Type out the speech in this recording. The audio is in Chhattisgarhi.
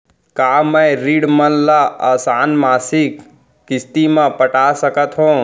का मैं ऋण मन ल आसान मासिक किस्ती म पटा सकत हो?